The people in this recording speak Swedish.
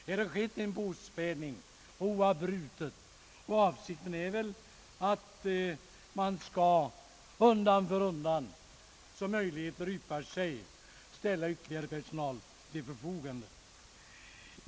Det har skett en påspädning oavbrutet, och avsikten är väl att man undan för undan som möjligheter yppar sig skall ställa ytterligare personal till förfogande.